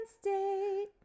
State